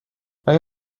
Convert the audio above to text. آیا